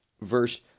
Verse